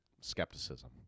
skepticism